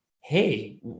hey